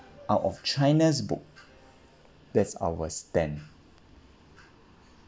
out of china's book that's our stand